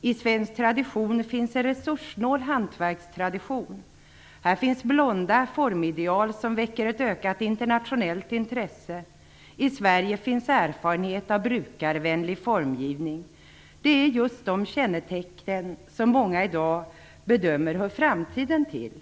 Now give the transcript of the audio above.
I svensk tradition finns en resurssnål hantverkstradition. Här finns blonda formideal som väcker ett ökat internationellt intresse. I Sverige finns erfarenhet av brukarvänlig formgivning. Det är just de kännetecken som många i dag bedömer hör framtiden till.